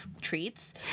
treats